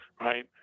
right